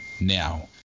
now